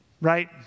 right